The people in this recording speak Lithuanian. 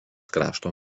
krašto